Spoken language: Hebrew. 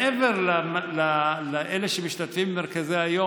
מעבר לאלה שמשתתפים במרכזי היום,